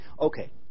Okay